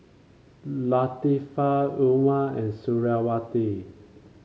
Latifa Umar and Suriawati